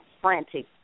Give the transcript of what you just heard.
frantic